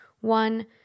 one